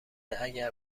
اگر